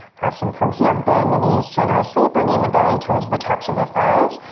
awesome. from here bend the knees generously bringing the belly towards the tops of the thighs,